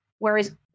Whereas